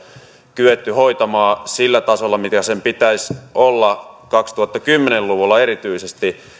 kyetty hoitamaan sillä tasolla mikä sen pitäisi olla erityisesti kaksituhattakymmenen luvulla